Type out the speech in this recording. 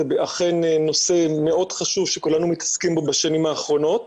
זה אכן נושא מאוד חשוב שכולנו מתעסקים בו בשנים האחרונות.